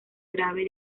grave